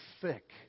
thick